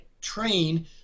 train